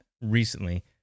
recently